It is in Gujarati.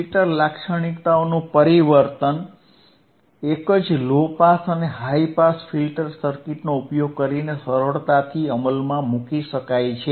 ફિલ્ટર લાક્ષણિકતાઓનું પરિવર્તન એક જ લો પાસ અને હાઇ પાસ ફિલ્ટર સર્કિટનો ઉપયોગ કરીને સરળતાથી અમલમાં મૂકી શકાય છે